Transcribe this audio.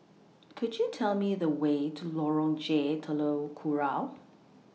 Could YOU Tell Me The Way to Lorong J Telok Kurau